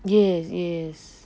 yes yes